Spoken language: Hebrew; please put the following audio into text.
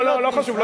לא חשוב,